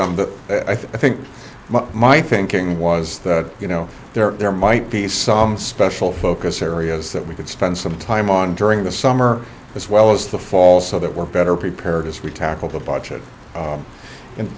them but i think my thinking was that you know there might be some special focus areas that we could spend some time on during the summer as well as the fall so that we're better prepared as we tackle the budget